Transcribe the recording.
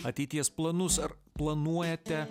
ateities planus ar planuojate